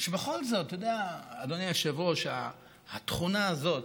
שבכל זאת, אתה יודע, אדוני היושב-ראש, התכונה הזאת